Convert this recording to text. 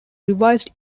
revised